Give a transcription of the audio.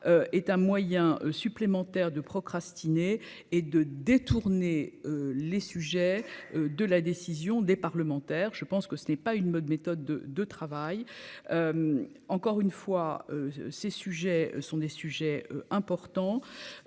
est un moyen supplémentaire de procrastiner et de détourner les sujets de la décision des parlementaires, je pense que ce n'est pas une mode, méthode de travail, encore une fois, ces sujets sont des sujets importants,